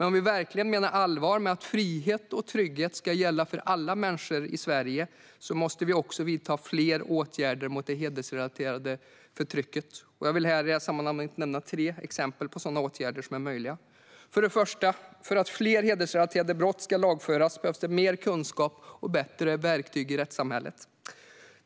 Om vi verkligen menar allvar med att frihet och trygghet ska gälla för alla människor i Sverige måste vi också vidta fler åtgärder mot det hedersrelaterade förtrycket. Jag vill i det här sammanhanget nämna tre exempel på möjliga åtgärder. För det första: För att fler hedersrelaterade brott ska lagföras behövs mer kunskap och bättre verktyg i rättssamhället.